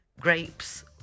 grapes